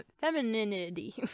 femininity